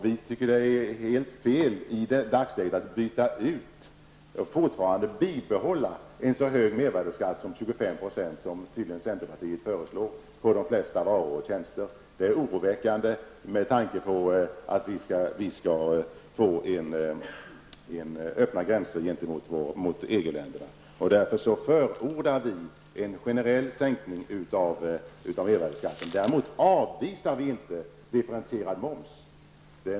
Vi tycker att det är helt fel att i dagsläget fortfarande bibehålla en så hög mervärdeskatt som 25 %, vilket tydligen centerpartiet föreslår på de flesta varor och tjänster. Det är oroväckande med tanke på att vi skall få öppna gränser mot EG-länderna. Därför förordar vi en generell sänkning av mervärdeskatten. Däremot avvisar vi inte differentierad moms.